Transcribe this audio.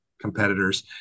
competitors